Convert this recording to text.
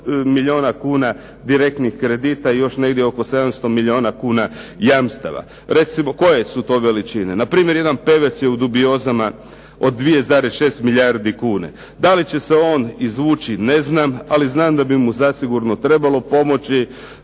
100 milijuna kuna direktnih kredita i još negdje oko 700 milijuna kuna jamstava. Recimo koje su to veličine. Npr. jedan "Pevec" je u dubiozama od 2,6 milijardi kuna. Da li će se on izvući, ne znam, ali znam da bi mu zasigurno trebalo pomoći